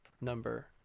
number